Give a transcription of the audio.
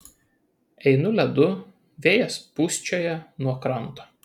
einu ledu vėjas pūsčioja nuo kranto